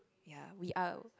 ya we are a